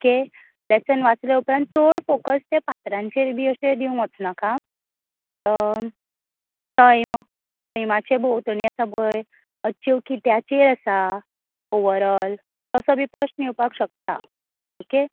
okay lesson वाचले उपरान चड फोकोस त्या पात्रांचेर बी अशें दिवूं वचनाका सैम सैमाचे भोंवतणी आसा पळय अच्छेव कित्याचेर आसा ओवर ऑल असो बी प्रस्न येवपाक शकता ओके